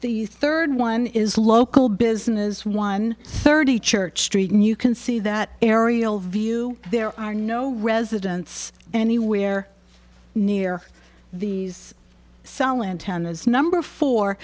the third one is local business one thirty church street and you can see that aerial view there are no residents anywhere near these salan town as number four